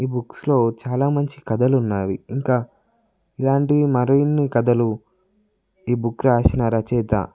ఈ బుక్సలో చాలా మంచి కథలున్నవి ఇంకా ఇలాంటివి మరిన్ని కథలు ఈ బుక్ రాసిన రచయిత